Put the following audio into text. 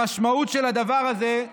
המשמעות של הדבר הזה,